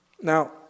Now